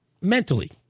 mentally